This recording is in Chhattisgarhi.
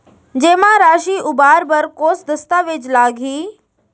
जेमा राशि उबार बर कोस दस्तावेज़ लागही?